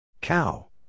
Cow